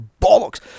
Bollocks